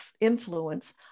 influence